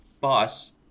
boss